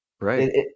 Right